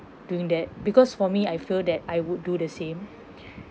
doing that because for me I feel that I would do the same